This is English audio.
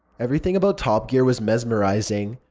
everything about top gear was mesmerizing.